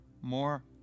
more